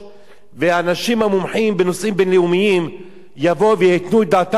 ואנשים המומחים בנושאים בין-לאומיים יבואו וייתנו את דעתם בנושא,